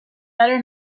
better